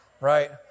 right